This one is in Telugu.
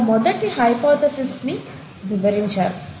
S Halden తమ మొదటి హైపోథెసిస్ ని వివరించారు